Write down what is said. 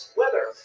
weather